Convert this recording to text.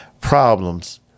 problems